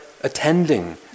attending